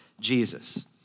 Jesus